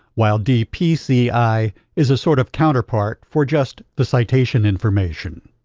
while dpci is a sort of counterpart for just the citation information.